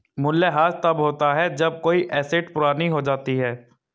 मूल्यह्रास तब होता है जब कोई एसेट पुरानी हो जाती है